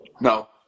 No